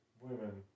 women